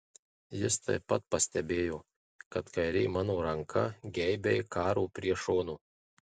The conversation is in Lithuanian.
jis taip pat pastebėjo kad kairė mano ranka geibiai karo prie šono